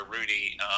Rudy –